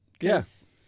Yes